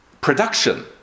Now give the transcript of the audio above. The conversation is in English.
production